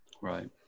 right